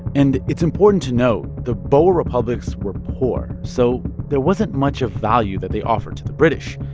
and it's important to note the boer republics were poor, so there wasn't much of value that they offered to the british.